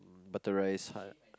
butter rice hon~